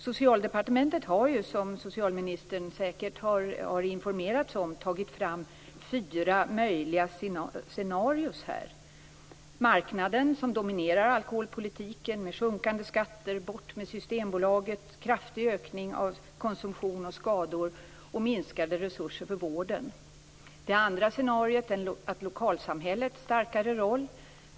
Socialdepartementet har, som socialministern säkert har informerats om, tagit fram fyra möjliga scenarier. Marknaden, som dominerar alkoholpolitiken, står för sjunkande skatter, bort med Systembolaget, kraftig ökning av konsumtion och skador samt minskade resurser för vården. Det andra scenariet är att lokalsamhället har en starkare roll.